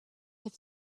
have